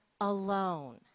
alone